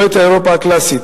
ולא את אירופה הקלאסית.